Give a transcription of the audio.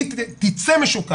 היא תצא משוק העבודה,